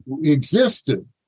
existed